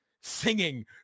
singing